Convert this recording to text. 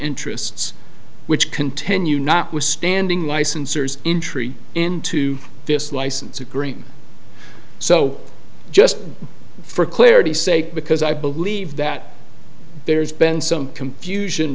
interests which continue notwithstanding licensors entry into this license agreement so just for clarity sake because i believe that there's been some confusion